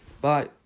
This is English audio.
Bye